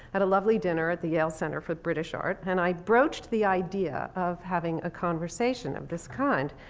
at a lovely dinner at the yale center for british art. and i broached the idea of having a conversation of this kind.